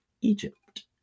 Egypt